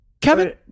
kevin